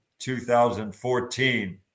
2014